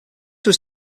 was